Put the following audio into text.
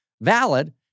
valid